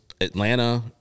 Atlanta